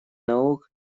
наук